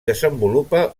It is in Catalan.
desenvolupa